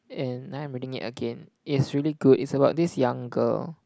and now I'm reading it again it's really good it's about this young girl